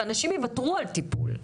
ואנשים יוותרו על טיפול.